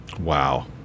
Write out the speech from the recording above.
Wow